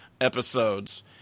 episodes